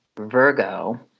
Virgo